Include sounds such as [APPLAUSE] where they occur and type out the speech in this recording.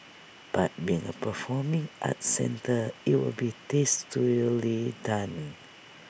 but being A performing arts centre IT will be [UNINTELLIGIBLE] done